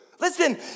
Listen